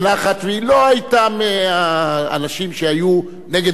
והיא לא היתה מהאנשים שהיו נגד הציונות.